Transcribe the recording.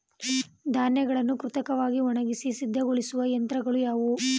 ಧಾನ್ಯಗಳನ್ನು ಕೃತಕವಾಗಿ ಒಣಗಿಸಿ ಸಿದ್ದಗೊಳಿಸುವ ಯಂತ್ರಗಳು ಯಾವುವು?